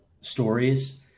stories